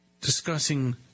discussing